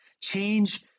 change